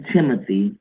Timothy